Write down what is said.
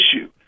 issue